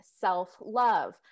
self-love